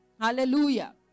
Hallelujah